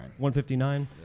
159